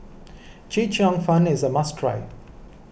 Chee Cheong Fun is a must try